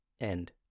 end